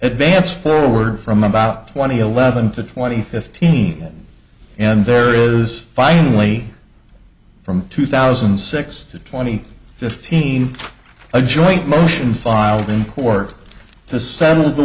advance forward from about twenty eleven to twenty fifteen and there is finally from two thousand and six to twenty fifteen a joint motion filed in court to settle the